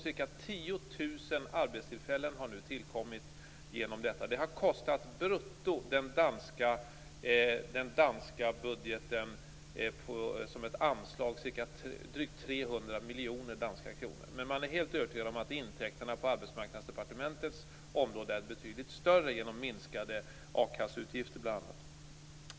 Ca 10 000 arbetstillfällen har nu tillkommit genom denna modell. Det har kostat den danska budgeten som ett anslag drygt 300 miljoner danska kronor brutto. Men man är helt övertygad om att intäkterna på arbetsmarknadsdepartementets område är betydligt större genom bl.a. minskade akasseutgifter.